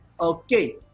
Okay